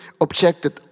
objected